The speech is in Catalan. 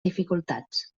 dificultats